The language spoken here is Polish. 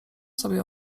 sobie